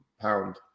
pound